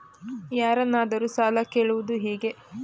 ಯಾರನ್ನಾದರೂ ಸಾಲ ಕೇಳುವುದು ಹೇಗೆ?